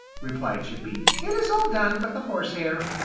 replied chippy. it is all done but the horsehair.